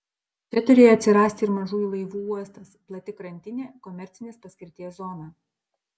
čia turėjo atsirasti ir mažųjų laivų uostas plati krantinė komercinės paskirties zona